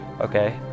okay